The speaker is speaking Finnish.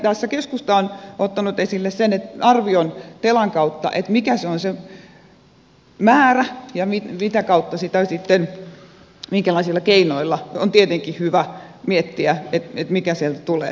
kun keskusta on tässä ottanut esille sen arvion telan kautta mikä se on se määrä ja mitä kautta ja minkälaisilla keinoilla niin on tietenkin hyvä miettiä mikä sieltä tulee